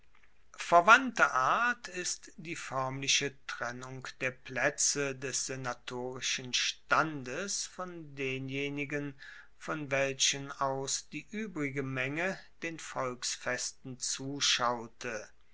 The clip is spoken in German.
verwandter art ist die foermliche trennung der plaetze des senatorischen standes von denjenigen von welchen aus die uebrige menge den volksfesten zuschaute